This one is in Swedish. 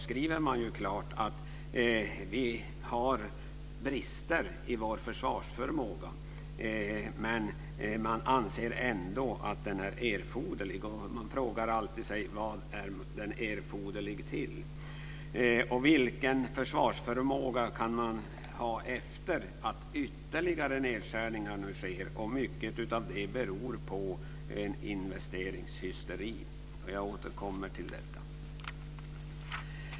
skriver man ju klart att vi har brister i vår försvarsförmåga. Men man anser ändå att den är erforderlig. Jag undrar alltid: Vad är den erforderlig till? Vilken försvarsförmåga kan man ha efter att ytterligare nedskärningar nu sker och mycket av det beror på en investeringshysteri. Jag återkommer till detta.